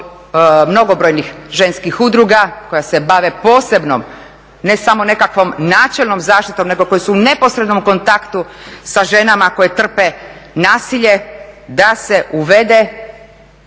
mnogobrojnih ženskih udruga koje se bave posebnom, ne samo nekakvom načelnom zaštitom nego koji su u neposrednom kontaktu sa ženama koje trpe nasilje da se uvede